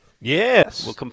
Yes